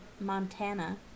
Montana